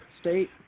state